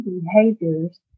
behaviors